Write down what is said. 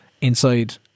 inside